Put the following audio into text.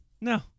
No